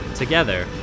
Together